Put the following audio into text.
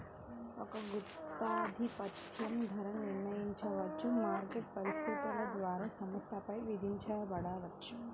ఒక గుత్తాధిపత్యం ధర నిర్ణయించబడవచ్చు, మార్కెట్ పరిస్థితుల ద్వారా సంస్థపై విధించబడవచ్చు